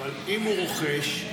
אבל אם הוא רוכש,